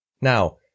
Now